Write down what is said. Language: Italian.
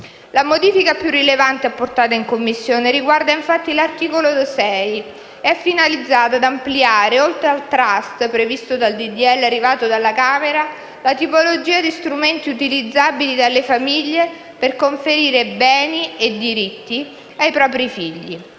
La modifica più rilevante apportata in Commissione riguarda l'articolo 6, finalizzata ad ampliare, oltre al *trust* previsto dal disegno di legge arrivato dalla Camera, la tipologia di strumenti utilizzabili dalle famiglie per conferire beni e diritti ai propri figli.